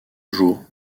jour